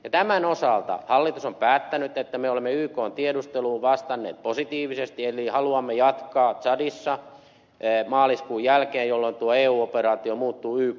tämän osalta hallitus on päättänyt että me olemme ykn tiedusteluun vastanneet positiivisesti eli haluamme jatkaa tsadissa maaliskuun jälkeen jolloin tuo eu operaatio muuttuu yk operaatioksi